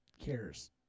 cares